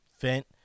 vent